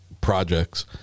projects